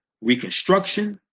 Reconstruction